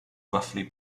roughly